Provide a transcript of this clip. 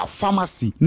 pharmacy